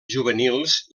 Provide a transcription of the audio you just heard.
juvenils